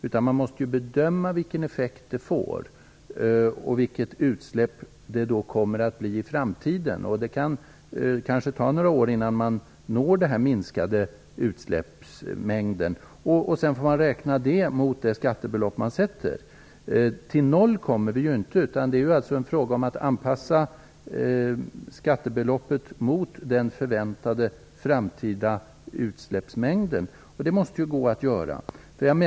Man måste bedöma vilken effekt det får och vilket utsläpp det kommer att bli i framtiden. Det kanske tar några år innan man når den mindre utsläppsmängden. Man får då räkna det mot skattebeloppet. Vi kommer ju inte ner till noll. Det är handlar om att anpassa skattebeloppet till den förväntade framtida utsläppsmängden.